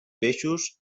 peixos